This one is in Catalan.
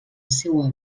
seua